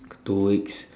two weeks